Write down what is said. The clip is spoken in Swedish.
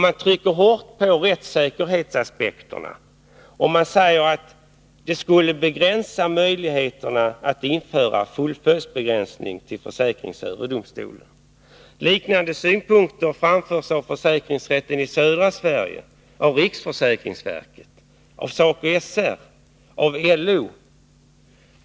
Man trycker hårt på rättssäkerhetsaspekterna och anser att mer långtgående förslag än kommitténs skulle begränsa möjligheterna att införa fullföljdsbegränsning vid försäkringsöverdomstolen. Liknande synpunkter framförs av försäkringsrätten i Södra Sverige, av riksförsäkringsverket, av SACO/SR och av LO.